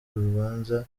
rubanza